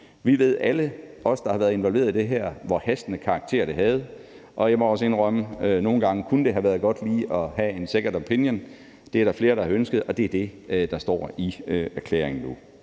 Alle vi, der har været involveret i det her, ved, hvor hastende karakter det havde, og jeg må også indrømme, at nogle gange kunne det have været godt lige at have haft en second opinion. Det er der flere der har ønsket, og det er det, der står i erklæringen.